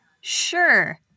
sure